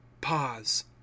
Pause